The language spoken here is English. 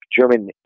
German